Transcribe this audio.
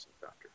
factor